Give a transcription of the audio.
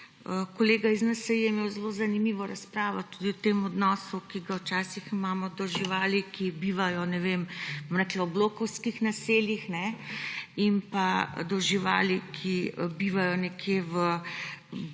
Kolega iz NSi je imel zelo zanimivo razpravo tudi o tem odnosu, ki ga včasih imamo do živali, ki bivajo v blokovskih naseljih, in pa do živali, ki bivajo nekje bolj